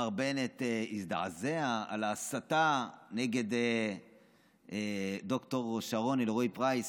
שמר בנט הזדעזע על ההסתה נגד ד"ר שרון אלרעי פרייס,